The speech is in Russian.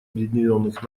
объединенных